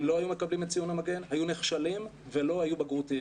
אם לא היו מקבלים את ציון המגן היו נכשלים ולא היו בגרותיים.